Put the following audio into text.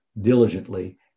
diligently